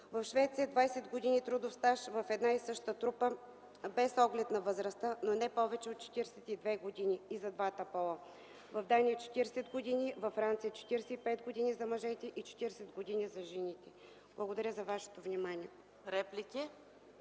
в Швеция – 20 години трудов стаж в една и съща трупа без оглед на възрастта, но не повече от 42 години и за двата пола; в Дания – 40 години; във Франция – 45 години за мъжете и 40 години за жените. Благодаря за вашето внимание.